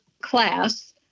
class